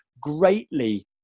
greatly